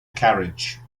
carriage